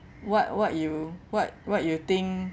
what what you what what you think